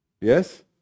yes